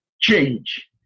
change